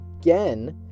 again